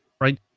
right